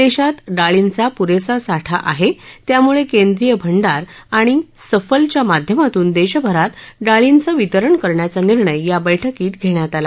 देशात डाळींचा पुरेसा साठा आहे त्यामुळे केंद्रीय भंडार आणि सफलच्या माध्यमातून देशभरात डाळींचं वितरण करण्याचा निर्णय या बैठकीत घेण्यात आला